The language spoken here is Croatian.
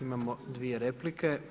Imamo dvije replike.